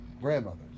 grandmother's